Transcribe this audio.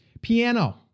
piano